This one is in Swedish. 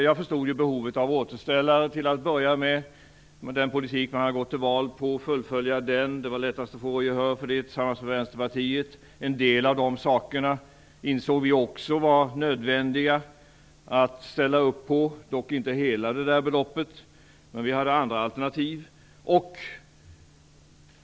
Jag förstod behovet av återställare till att börja med. Man ville fullfölja den politik man gått till val på. Det var lättast att få gehör för detta tillsammans med Vänsterpartiet. Vi insåg också att det var nödvändigt att ställa upp på en del av dessa saker - dock inte hela beloppet, men vi hade andra alternativ.